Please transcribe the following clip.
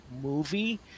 movie